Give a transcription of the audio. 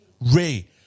Ray